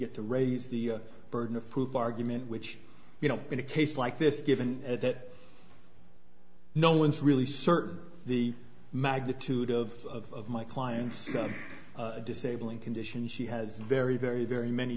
get to raise the burden of proof argument which you know in a case like this given that no one's really certain the magnitude of my client's disabling condition she has a very very very many